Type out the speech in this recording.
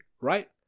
right